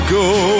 go